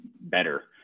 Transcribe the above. better